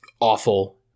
awful